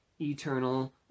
eternal